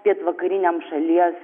pietvakariniam šalies